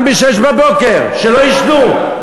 גם בשש בבוקר, שלא ישנו.